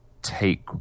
take